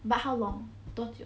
but how long 多久